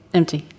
empty